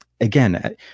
again